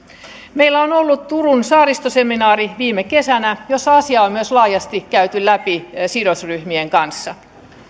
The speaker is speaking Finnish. meillä on ollut turun saaristoseminaari viime kesänä jossa asiaa on myös laajasti käyty läpi sidosryhmien kanssa